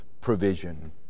provision